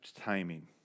timing